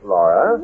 Laura